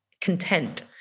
content